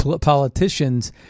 politicians